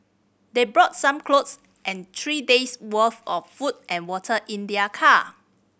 they brought some clothes and three days' worth of food and water in their car